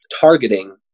targeting